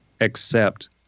accept